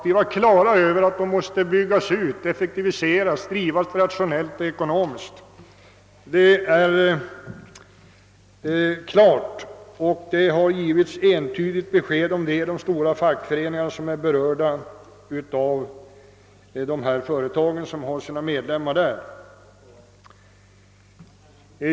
Vi förstod att företaget måste byggas ut, effektiviseras och drivas ekonomiskt och rationellt. Den saken har man också lämnat klara besked om i de fackföreningar vilkas medlemmar är anställda 1 företaget.